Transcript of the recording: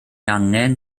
angen